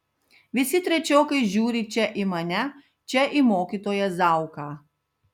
visi trečiokai žiūri čia į mane čia į mokytoją zauką